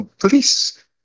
please